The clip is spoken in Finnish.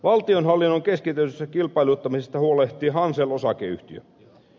valtionhallinnon keskitetystä kilpailuttamisesta huolehtii hansel osakeyhtiö